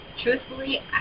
Truthfully